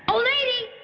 um lady!